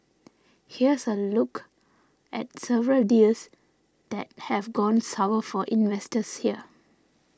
here's a look at several deals that have gone sour for investors here